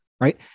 right